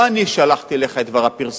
לא אני שלחתי אליך את דבר הפרסומת,